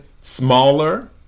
smaller